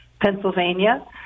pennsylvania